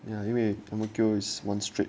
啊因为 ang mo kio is one straight